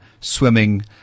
swimming